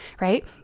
right